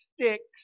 sticks